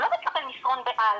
הוא לא מקבל מסרון בעלמה.